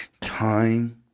time